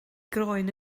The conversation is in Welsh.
groen